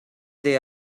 they